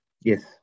Yes